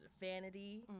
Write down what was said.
vanity